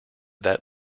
that